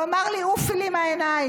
הוא אמר לי: "עופי לי מהעיניים".